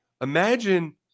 imagine